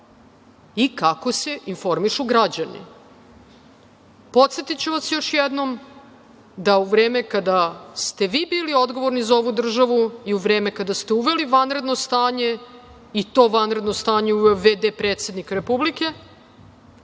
i kako se informišu građani. Podsetiću vas još jednom da u vreme kada ste vi bili odgovorni za ovu državu i u vreme kada ste uveli vanredno stanje, i to vanredno stanje je uveo v.d. predsednik Republike,